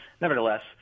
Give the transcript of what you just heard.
nevertheless